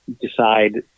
decide